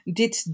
dit